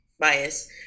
bias